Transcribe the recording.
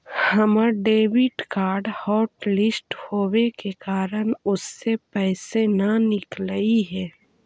हमर debit card hotlist होवे के कारण उससे पैसे न निकलई हे